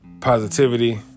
positivity